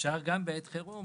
אפשר גם בעת חירום